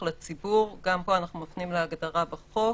הפתוח לציבור" כהגדרתו בחוק,